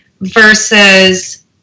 versus